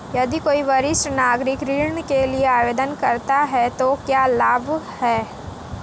यदि कोई वरिष्ठ नागरिक ऋण के लिए आवेदन करता है तो क्या लाभ हैं?